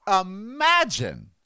imagine